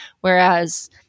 Whereas